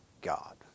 God